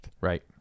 Right